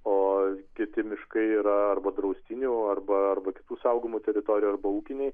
o kiti miškai yra arba draustinių arba arba kitų saugomų teritorijų arba ūkiniai